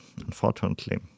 unfortunately